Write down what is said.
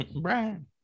Brian